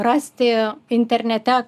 rasti internete